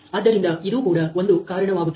ಆದ್ದರಿಂದ ಇದು ಕೂಡ ಒಂದು ಕಾರಣವಾಗುತ್ತದೆ